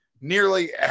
nearly